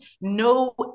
no